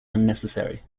unnecessary